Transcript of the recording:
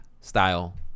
style